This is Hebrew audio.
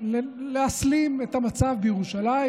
להסלים את המצב בירושלים,